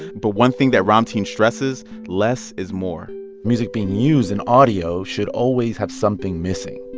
but one thing that ramtin stresses less is more music being used in audio should always have something missing.